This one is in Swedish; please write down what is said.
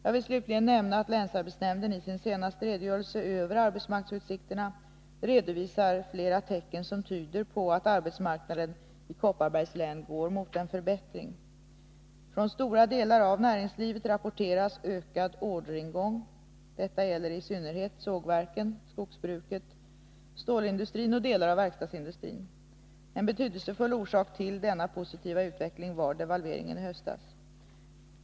Jag vill slutligen nämna att länsarbetsnämnden, i sin senaste redogörelse över arbetsmarknadsutsikterna, redovisar flera tecken som tyder på att arbetsmarknaden i Kopparbergs län går mot en förbättring. Från stora delar av näringslivet rapporteras ökad orderingång. Detta gäller i synnerhet sågverken, skogsbruket, stålindustrin och delar av verkstadsindustrin. En betydelsefull orsak till denna positiva utveckling var devalveringen i höstas.